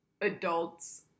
adults